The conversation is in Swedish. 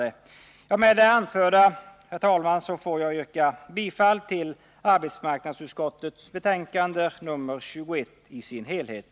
Med det anförda, herr talman, får jag yrka bifall till arbetsmarknadsutskottets hemställan i dess helhet i utskottets betänkande nr 21.